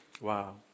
Wow